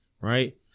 right